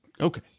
Okay